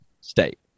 state